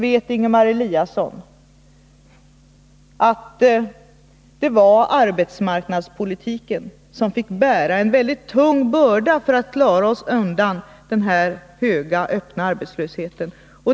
För det andra: Ingemar Eliasson vet att det var arbetsmarknadspolitiken som fick bära en mycket tung börda för att vi skulle klara oss undan denna höga öppna arbetslöshet.